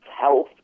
health